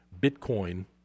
Bitcoin